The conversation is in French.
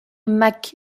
mac